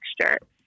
texture